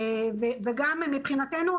מבחינתנו,